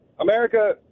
America